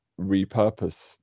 repurpose